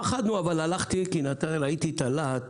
פחדנו אבל הלכתי כי ראיתי את הלהט